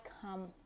come